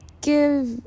give